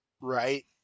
right